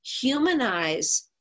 humanize